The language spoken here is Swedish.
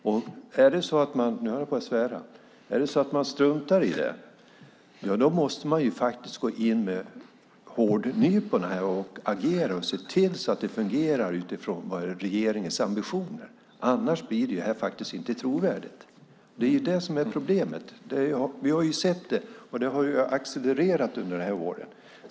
Och är det så att de - nu höll jag på att svära - struntar i det, då måste man ta i med hårdhandskarna här, agera och se till att det fungerar utifrån regeringens ambitioner. Annars blir det inte trovärdigt. Det är det som är problemet. Vi har sett det, och det har accelererat under året.